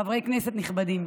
חברי כנסת נכבדים,